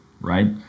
right